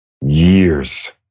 years